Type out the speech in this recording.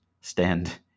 stand